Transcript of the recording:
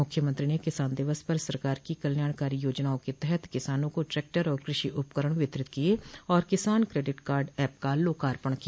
मुख्यमंत्री ने किसान दिवस पर सरकार की कल्याणकारी योजनाओं के तहत किसानों को ट्रैक्टर और कृषि उपकरण वितरित किये और किसान क्रेडिट कार्ड ऐप का लोकार्पण किया